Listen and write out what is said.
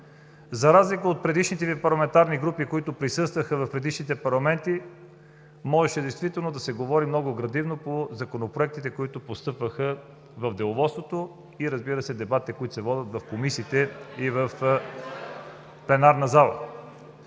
за разлика от предишните Ви парламентарни групи, които присъстваха в предишните парламенти, можеше действително да се говори много градивно по законопроектите, които постъпваха в Деловодството и, разбира се, дебатите, които се водят в комисиите и в пленарната зала.